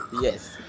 Yes